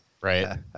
Right